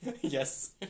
Yes